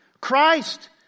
Christ